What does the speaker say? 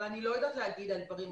אבל אני לא יודעת להגיד על דברים אחרים.